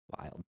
Wild